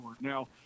Now